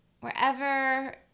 wherever